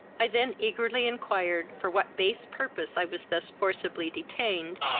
i then eagerly inquired for what base purpose i was thus forcibly detained,